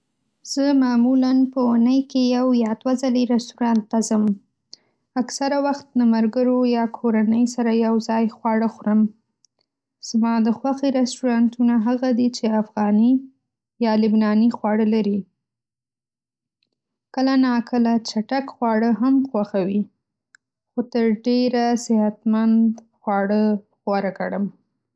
زه معمولا په اوونۍ کې یو یا دوه ځلې رستورانت ته ځم. اکثره وخت له ملګرو یا کورنۍ سره یو ځای خواړه خورم. زما د خوښې رستورانتونه هغه دي چې افغاني یا لبناني خواړه لري. کله ناکله چټک خواړه هم خوښوي، خو تر ډېره صحتمند خواړه غوره ګڼم.